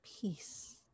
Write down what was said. peace